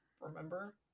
remember